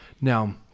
now